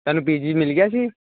ਤੁਹਾਨੂੰ ਪੀਜੀ ਮਿਲ ਗਿਆ ਸੀ